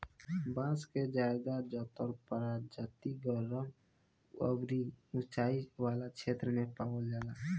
बांस के ज्यादातर प्रजाति गरम अउरी उचाई वाला क्षेत्र में पावल जाला